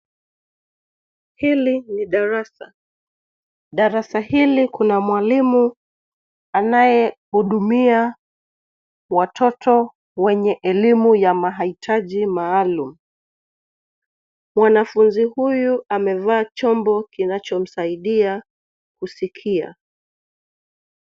Hili ni darasa. Darasa hili kuna mwalimu anaye hudumia watoto wenye elimu ya mahitaji maalum. Mwanafunzi huyu amevaa chombo kinachomsaidia kusikia.